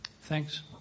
Thanks